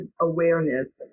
awareness